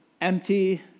empty